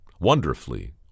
wonderfully